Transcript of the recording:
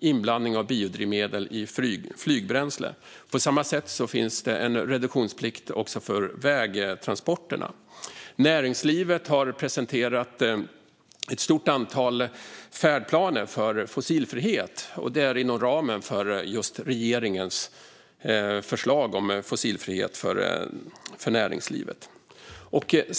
inblandning av biodrivmedel i flygbränsle. På samma sätt finns det en reduktionsplikt också för vägtransporterna. Näringslivet har presenterat ett stort antal färdplaner för fossilfrihet inom ramen för regeringens förslag om fossilfrihet för näringslivet.